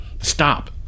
Stop